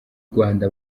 rwanda